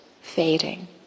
fading